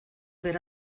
ver